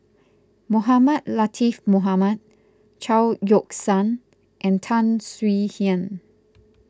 Mohamed Latiff Mohamed Chao Yoke San and Tan Swie Hian